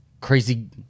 crazy